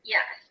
Yes